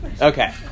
Okay